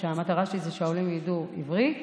המטרה שלי זה שהעולים ידעו עברית,